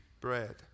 bread